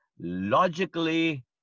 logically